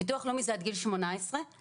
ביטוח לאומי זה עד גיל 18 ולכן,